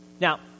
Now